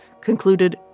concluded